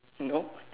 no